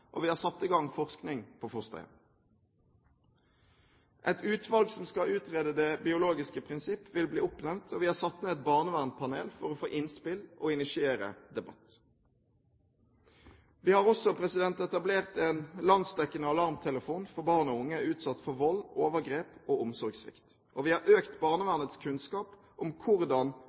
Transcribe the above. og vi har satt i gang forskning på fosterhjem. Et utvalg som skal utrede det biologiske prinsipp, vil bli oppnevnt, og vi har satt ned et barnevernspanel for å få innspill og initiere debatt. Vi har også etablert en landsdekkende alarmtelefon for barn og unge som er utsatt for vold, overgrep og omsorgssvikt. Vi har økt barnevernets kunnskap om hvordan